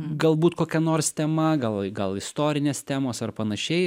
galbūt kokia nors tema gal gal istorinės temos ar panašiai